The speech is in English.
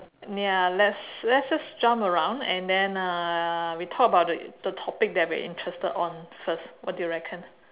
ya let's let's just jump around and then uh we talk about the the topic that we are interested on first what do you reckon